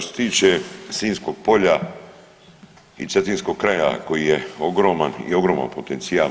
Što se tiče Sinjskog polja i cetinskog kraja koji je ogroman i ogroman potencijal.